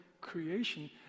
creation